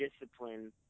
discipline